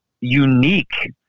unique